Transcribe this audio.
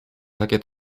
takie